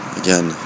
again